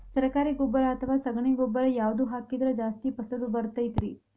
ಸರಕಾರಿ ಗೊಬ್ಬರ ಅಥವಾ ಸಗಣಿ ಗೊಬ್ಬರ ಯಾವ್ದು ಹಾಕಿದ್ರ ಜಾಸ್ತಿ ಫಸಲು ಬರತೈತ್ರಿ?